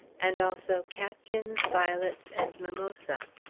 and also catkins, violets, and mimosa!